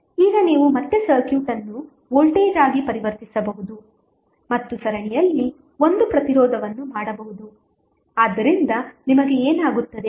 ಈಗ ನೀವು ಮತ್ತೆ ಸರ್ಕ್ಯೂಟ್ ಅನ್ನು ವೋಲ್ಟೇಜ್ ಆಗಿ ಪರಿವರ್ತಿಸಬಹುದು ಮತ್ತು ಸರಣಿಯಲ್ಲಿ ಒಂದು ಪ್ರತಿರೋಧವನ್ನು ಮಾಡಬಹುದು ಆದ್ದರಿಂದ ನಿಮಗೆ ಏನಾಗುತ್ತದೆ